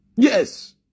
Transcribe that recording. Yes